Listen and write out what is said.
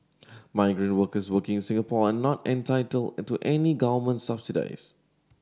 migrant workers working in Singapore are not entitled in to any government subsidies